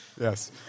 Yes